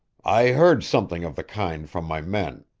i heard something of the kind from my men.